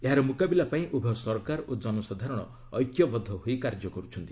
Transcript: ଏହାର ମ୍ରକାବିଲା ପାଇଁ ଉଭୟ ସରକାର ଓ ଜନସାଧାରଣ ଐକ୍ୟବଦ୍ଧ ହୋଇ କାର୍ଯ୍ୟ କରୁଛନ୍ତି